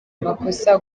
amakosa